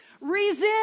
resist